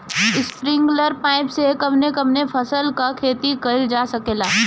Sprinkler pipe से कवने कवने फसल क खेती कइल जा सकेला?